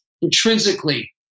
intrinsically